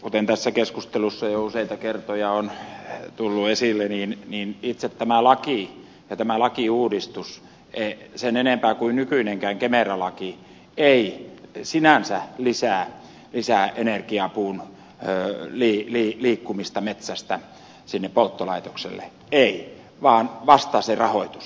kuten tässä keskustelussa jo useita kertoja on tullut esille niin itse tämä laki ja tämä lakiuudistus sen enempää kuin nykyinenkään kemera laki ei sinänsä lisää energiapuun liikkumista metsästä sinne polttolaitokselle ei vaan vasta se rahoitus